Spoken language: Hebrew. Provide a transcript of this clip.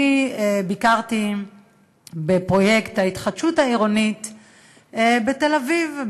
אני ביקרתי בפרויקט ההתחדשות העירונית בתל-אביב,